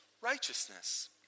righteousness